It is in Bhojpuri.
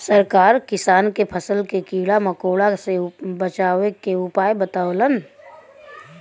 सरकार किसान के फसल के कीड़ा मकोड़ा से बचावे के उपाय बतावलन